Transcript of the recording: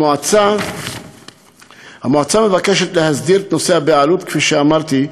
המועצה מבקשת להסדיר את נושא הבעלות, כפי שאמרתי,